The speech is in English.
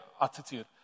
attitude